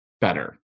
better